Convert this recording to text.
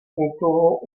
půlkruhu